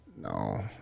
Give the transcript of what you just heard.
no